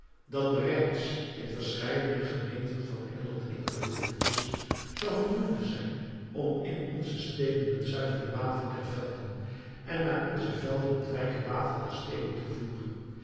dat bereids in verscheidene gemeenten van engeland ingevoerd is zou voldoende zijn om in onze steden het zuivere water der velden en naar onze velden het rijke water der steden te voeren